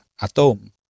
atom